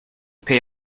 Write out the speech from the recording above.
pay